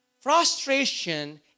Frustration